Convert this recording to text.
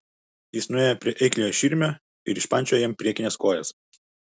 jis nuėjo prie eikliojo širmio ir išpančiojo jam priekines kojas